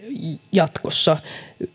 jatkossa